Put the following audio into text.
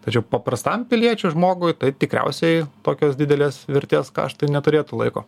tačiau paprastam piliečiui žmogui tai tikriausiai tokios didelės vertės kaštai neturėtų laiko